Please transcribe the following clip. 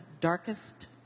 darkest